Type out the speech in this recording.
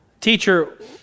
Teacher